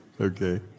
okay